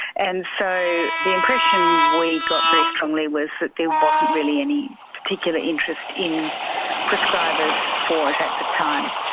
and so the impression we got very strongly was that there wasn't really any particular interest in prescribers for it at the time.